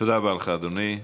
תודה רבה לך, אדוני.